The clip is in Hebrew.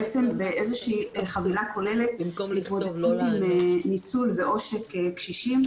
באיזושהי חבילה כוללת להתמודדות עם ניצול ועושק קשישים.